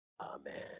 Amen